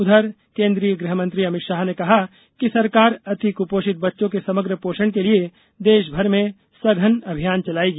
उधर केन्द्रीय गृहमंत्री अमित शाह ने कहा कि सरकार अतिकृपोषित बच्चों के समग्र पोषण के लिए देश भर में सघन अभियान चलाएगी